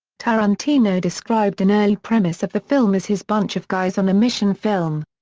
tarantino described an early premise of the film as his bunch-of-guys-on-a-mission film.